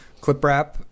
ClipWrap